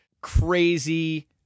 crazy